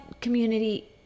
community